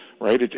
right